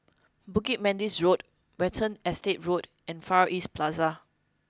Bukit Manis Road Watten Estate Road and Far East Plaza